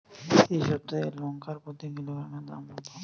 এই সপ্তাহের লঙ্কার প্রতি কিলোগ্রামে দাম কত?